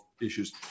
issues